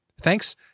Thanks